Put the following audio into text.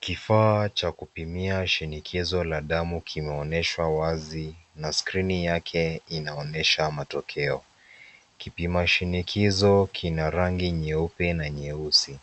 Kifaa cha kupimia shinikizo la damu kimeonyeshwa wazi na skrini yake inaonyesha matokeo. Kipima shinikizo kina rangi nyeupe na nyeusi .